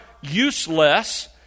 useless